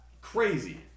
crazy